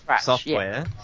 software